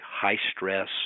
high-stress